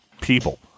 people